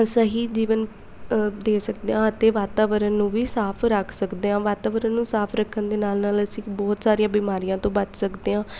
ਸਹੀ ਜੀਵਨ ਦੇ ਸਕਦੇ ਹਾਂ ਅਤੇ ਵਾਤਾਵਰਨ ਨੂੰ ਵੀ ਸਾਫ ਰੱਖ ਸਕਦੇ ਹਾਂ ਵਾਤਾਵਰਨ ਨੂੰ ਸਾਫ ਰੱਖਣ ਦੇ ਨਾਲ ਨਾਲ ਅਸੀਂ ਬਹੁਤ ਸਾਰੀਆਂ ਬਿਮਾਰੀਆਂ ਤੋਂ ਬਚ ਸਕਦੇ ਹਾਂ